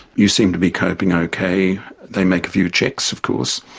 you seem to be coping ok they make a few checks of course,